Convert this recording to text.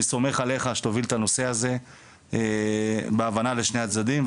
אני סומך עליך שתוביל את הנושא הזה בהבנה לשני הצדדים.